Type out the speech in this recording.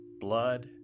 blood